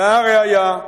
והראיה: